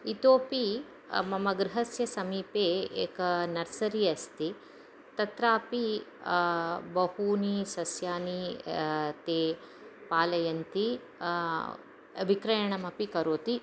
इतोऽपि मम गृहस्य समीपे एका नर्सरि अस्ति तत्रापि बहूनि सस्यानि ते पालयन्ति विक्रयणमपि करोति